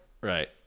Right